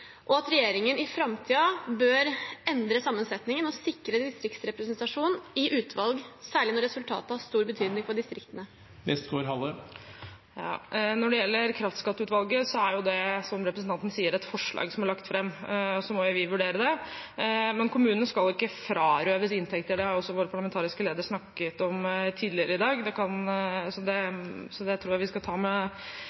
og om regjeringen i framtiden bør endre sammensettingen og sikre distriktsrepresentasjon i utvalg, særlig når resultatet har stor betydning for distriktene. Når det gjelder kraftskatteutvalget, er det, som representanten sier, et forslag som er lagt fram, og så må vi vurdere det. Men kommunene skal ikke frarøves inntekter. Det har også vår parlamentariske leder snakket om tidligere i dag, så det